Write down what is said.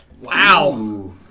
Wow